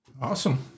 awesome